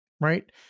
right